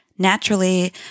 Naturally